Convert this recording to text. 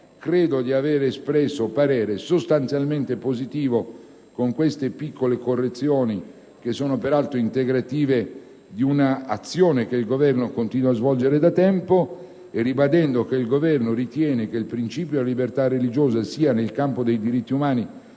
Ritengo di aver espresso un parere sostanzialmente positivo con queste piccole correzioni, che sono peraltro integrative di un'azione che il Governo continua a svolgere da tempo. Ribadisco che il Governo ritiene che, nel campo dei diritti umani,